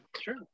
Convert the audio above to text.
sure